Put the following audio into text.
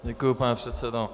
Děkuji, pane předsedo.